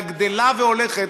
והגדֵלה והולכת,